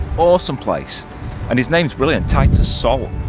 awesome place and his name's brilliant. titus salt.